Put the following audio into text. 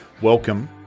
welcome